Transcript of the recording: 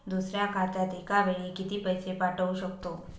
दुसऱ्या खात्यात एका वेळी किती पैसे पाठवू शकतो?